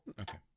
Okay